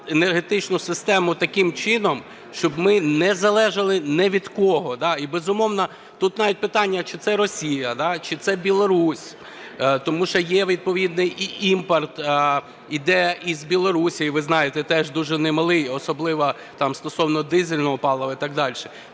енергетичну систему таким чином, щоб ми не залежали ні від кого і, безумовно, тут навіть питання чи це Росія, чи це Білорусь, тому що є відповідний і імпорт іде з Білорусі, ви знаєте, теж дуже немалий, особливо стосовно дизельного палива і так далі.